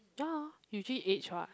ya usually age [what]